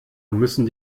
müssen